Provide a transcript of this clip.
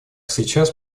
сейчас